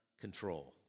control